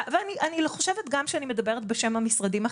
ואני חושבת גם שאני מדברת בשם המשרדים החברתיים.